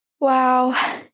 Wow